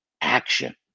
action